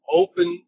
open